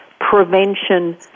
prevention